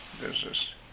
business